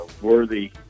worthy